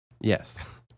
Yes